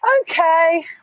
Okay